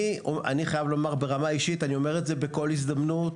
אני חייב לומר ברמה אישית אני אומר את זה בכל הזדמנות,